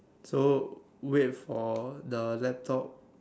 so wait for the laptop